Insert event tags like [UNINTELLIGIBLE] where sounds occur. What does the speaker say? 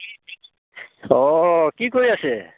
[UNINTELLIGIBLE] অ' কি কৰি আছে